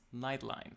Nightline